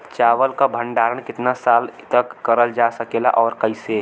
चावल क भण्डारण कितना साल तक करल जा सकेला और कइसे?